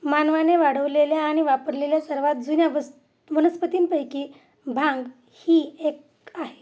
मानवाने वाढवलेल्या आणि वापरलेल्या सर्वात जुन्या वस् वनस्पतींपैकी भांग ही एक आहे